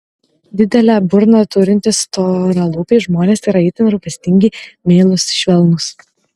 didelę burną turintys storalūpiai žmonės yra itin rūpestingi meilūs švelnūs